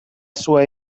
sua